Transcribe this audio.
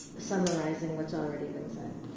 summarizing what's already been said.